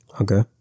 Okay